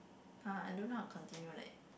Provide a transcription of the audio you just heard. !huh! I don't know how to continue leh